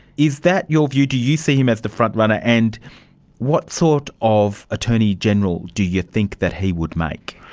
is that your view, do you see him as the frontrunner? and what sort of attorney general do you think that he would make?